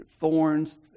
thorns